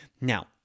Now